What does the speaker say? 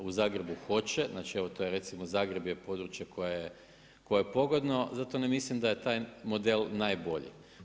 U Zagrebu hoće, znači to je recimo Zagreb je područje koje je pogodno, zato ne mislim da je taj model najbolji.